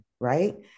right